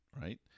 right